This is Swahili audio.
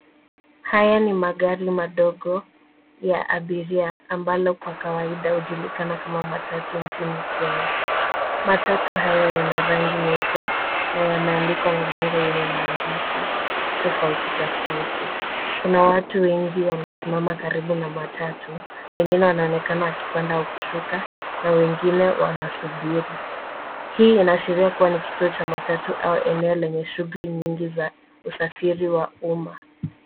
Haya ni magari madogo ya abiria ambalo kwa kawaida hujulikana kama matatu nchini Kenya. matatu haya yana rangi nyeupe na yameandikwa mabango yenye maandishi tofauti tafauti. Kuna watu wengi wamesimama karibu na matatu, wengine wanaonekana wakipenda kushuka na wengine wanasubiri. Hii inaashiria kuwa ni kituo cha matatu au eneo lenye shughuli nyingi za usafiri wa umma.